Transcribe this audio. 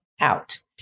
out